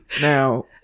now